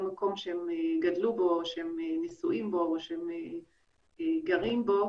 מקום שהן גדלו בו או שהם נשואים בו או שהם גרים בו